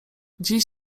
dziś